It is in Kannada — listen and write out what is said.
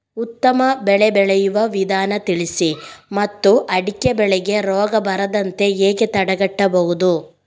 ಉತ್ತಮ ಬೆಳೆ ಬೆಳೆಯುವ ವಿಧಾನ ತಿಳಿಸಿ ಮತ್ತು ಅಡಿಕೆ ಬೆಳೆಗೆ ರೋಗ ಬರದಂತೆ ಹೇಗೆ ತಡೆಗಟ್ಟಬಹುದು?